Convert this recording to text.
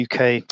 UK